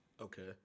Okay